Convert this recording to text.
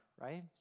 right